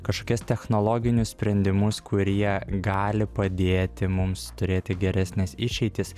kažkokias technologinius sprendimus kurie gali padėti mums turėti geresnes išeitis